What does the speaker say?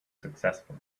successful